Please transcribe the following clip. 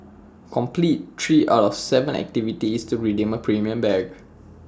complete three out of Seven activities to redeem A premium bag